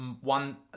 one